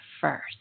first